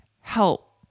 help